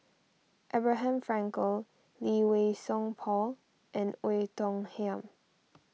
Abraham Frankel Lee Wei Song Paul and Oei Tiong Ham